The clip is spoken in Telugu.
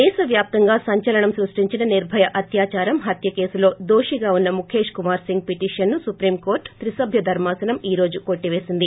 దేశ వ్యాప్తంగా సంచలనం సృష్టించిన నిర్బయ అత్యాదారం హత్య కేసులో దోషిగా ఉన్న ముఖేశ్ కుమార్ సింగ్ పిటీషన్ను సుప్రీం కోర్లు త్రిసభ్య ధర్మాసనం ఈ రోజు కొట్టిపేసింది